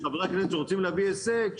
חברי הכנסת רוצים להביא הישג,